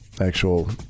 actual